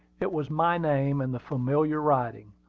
it was my name in the familiar writing.